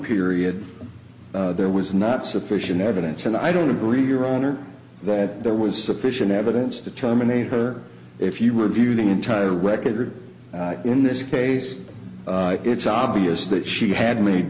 period there was not sufficient evidence and i don't agree your honor that there was sufficient evidence to terminate her if you were viewing entire record in this case it's obvious that she had made